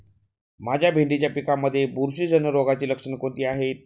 माझ्या भेंडीच्या पिकामध्ये बुरशीजन्य रोगाची लक्षणे कोणती आहेत?